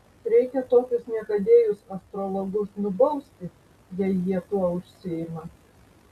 reikia tokius niekadėjus astrologus nubausti jei jie tuo užsiima